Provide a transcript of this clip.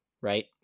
right